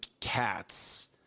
cats